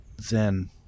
zen